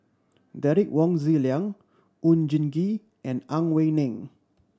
Derek Wong Zi Liang Oon Jin Gee and Ang Wei Neng